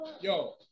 Yo